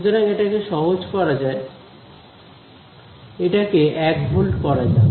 সুতরাং এটাকে সহজ করা যায় এটাকে 1 ভোল্ট করা যাক